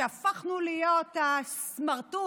שהפכנו להיות הסמרטוט